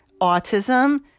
autism